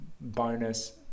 bonus